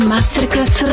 Masterclass